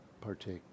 partake